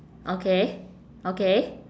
okay okay